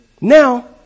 Now